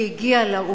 כי הגיע לה,